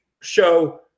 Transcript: show